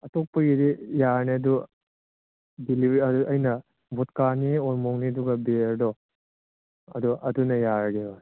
ꯑꯇꯣꯞꯄꯒꯤꯗꯤ ꯌꯥꯔꯅꯤ ꯑꯗꯨ ꯗꯤꯂꯤꯕꯔꯤ ꯑꯗꯣ ꯑꯩꯅ ꯚꯣꯠꯀꯥꯅꯦ ꯑꯣꯜ ꯃꯣꯡꯅꯦ ꯑꯗꯨꯒ ꯕꯤꯌꯔꯗꯣ ꯑꯗꯣ ꯑꯗꯨꯅ ꯌꯥꯔꯒꯦꯕ